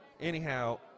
Anyhow